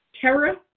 terror